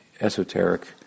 esoteric